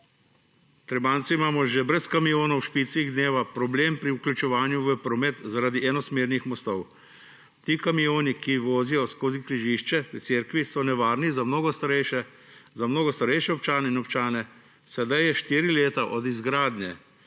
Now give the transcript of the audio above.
Trebanjci imamo že brez kamionov v špici dneva problem pri vključevanju v promet zaradi enosmernih mostov. Ti kamioni, ki vozijo skozi križišče pri cerkvi, so nevarni za mnoge starejše občane. Sedaj je štiri leta od izgradnje